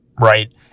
Right